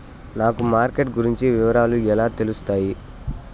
నాకు మార్కెట్ గురించి వివరాలు ఎలా తెలుస్తాయి?